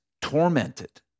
tormented